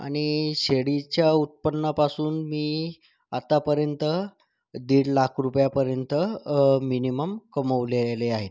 आणि शेळीच्या उत्पन्नापासून मी आतापर्यंत दीड लाख रुपयापर्यंत मिनिमम कमावलेले आहेत